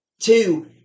Two